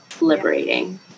liberating